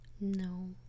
No